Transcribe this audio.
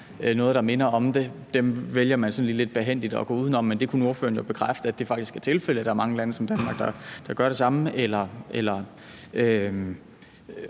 noget, der minder om det. Dem vælger man sådan lige lidt behændigt at gå uden om, men ordføreren kunne bekræfte, at det faktisk er tilfældet, at der er mange lande, der gør det samme som